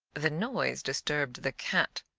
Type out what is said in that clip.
the noise disturbed the cat,